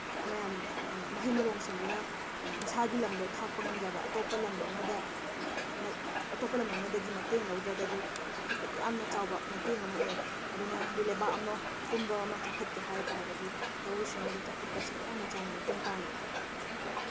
ꯃꯌꯥꯝ ꯃꯍꯩ ꯃꯔꯣꯡꯁꯤꯡꯗꯨꯅ ꯃꯁꯥꯒꯤ ꯂꯝꯗꯣ ꯊꯥꯛꯄ ꯉꯝꯖꯔꯕ ꯑꯇꯣꯞꯄ ꯂꯝ ꯑꯃꯗ ꯑꯇꯣꯞꯄ ꯂꯝ ꯑꯃꯗꯒꯤ ꯃꯇꯦꯡ ꯂꯧꯗ꯭ꯔꯒꯗꯤ ꯆꯥꯎꯈꯠꯄꯗ ꯌꯥꯝꯅ ꯆꯥꯎꯕ ꯃꯇꯦꯡ ꯑꯃ ꯑꯣꯏ ꯑꯗꯨꯅ ꯍꯥꯏꯗꯤ ꯂꯩꯕꯥꯛ ꯑꯃ ꯄꯨꯝꯕ ꯑꯃ ꯆꯥꯎꯈꯠꯀꯦ ꯍꯥꯏ ꯇꯥꯔꯒꯗꯤ ꯂꯧꯎ ꯁꯤꯡꯎꯕ ꯆꯥꯎꯈꯠꯄꯁꯤꯅ ꯌꯥꯝꯅ ꯆꯥꯎꯅ ꯃꯇꯦꯡ ꯄꯥꯡꯉꯤ